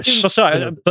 Sorry